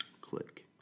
Click